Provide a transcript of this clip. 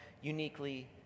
uniquely